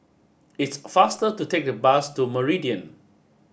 it's faster to take the bus to Meridian